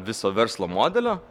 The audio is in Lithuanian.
viso verslo modelio